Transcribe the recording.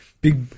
big